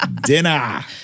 Dinner